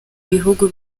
bihugu